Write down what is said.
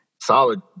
Solid